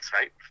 right